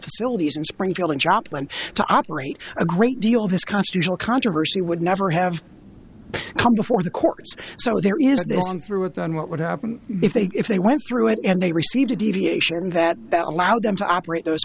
facilities in springfield in joplin to operate a great deal this constitutional controversy would never have come before the court so there is this through and then what would happen if they if they went through it and they received a deviation from that that allowed them to operate those